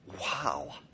Wow